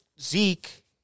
Zeke